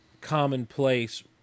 commonplace